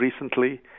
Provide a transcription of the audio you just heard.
recently